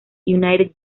united